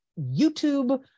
YouTube